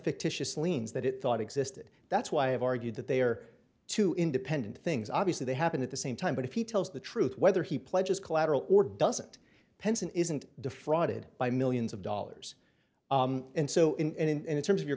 fictitious liens that it thought existed that's why i have argued that they are two independent things obviously they happened at the same time but if he tells the truth whether he pledge as collateral or doesn't penson isn't defrauded by millions of dollars and so in and in terms of your